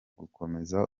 gukomeza